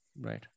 Right